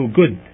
good